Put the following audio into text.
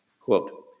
Quote